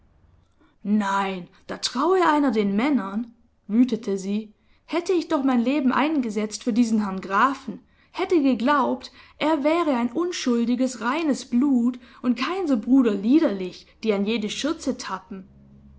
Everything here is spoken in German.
nein da traue einer den männern wütete sie hätte ich doch mein leben eingesetzt für diesen herrn grafen hätte geglaubt er wäre ein unschuldiges reines blut und kein so bruder liederlich die an jede schürze tappen nun